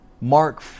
Mark